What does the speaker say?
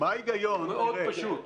מאוד פשוט.